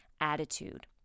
attitude